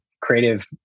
creative